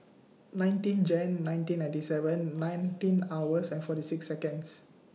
nineteen Jan nineteen ninety seven nineteen hours and forty six Seconds